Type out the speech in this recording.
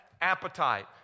appetite